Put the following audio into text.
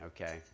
Okay